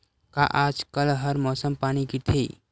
का आज कल हर मौसम पानी गिरथे?